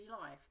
life